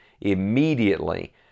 immediately